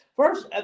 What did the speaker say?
First